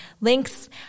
links